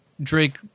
Drake